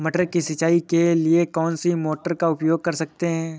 मटर की सिंचाई के लिए कौन सी मोटर का उपयोग कर सकते हैं?